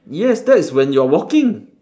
yes that is when you're walking